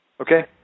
Okay